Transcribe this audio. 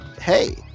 hey